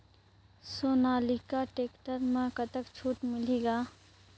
Sonalika tractor म कतका छूट मिलही ग?